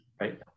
Right